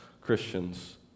Christians